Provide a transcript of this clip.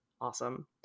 awesome